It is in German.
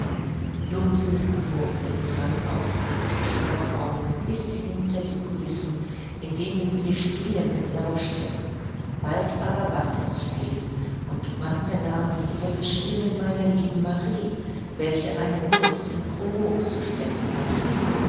dumpfes gemurmel drang aus dem zuschauerraume bis hinter die coulissen in denen wir spielenden lauschten bald aber ward es still und man vernahm die helle stimme meiner lieben marie welche einen kurzen prolog zu sprechen hatte